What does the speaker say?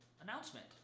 announcement